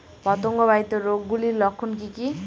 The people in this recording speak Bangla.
পতঙ্গ বাহিত রোগ গুলির লক্ষণ কি কি?